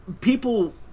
people